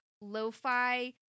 lo-fi